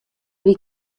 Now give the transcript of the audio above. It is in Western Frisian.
wie